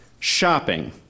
Shopping